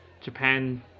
Japan